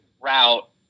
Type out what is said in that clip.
route